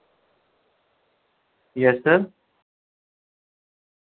yes sir